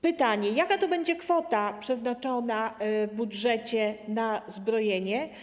Pytanie: Jaka będzie kwota przeznaczona w budżecie na zbrojenie?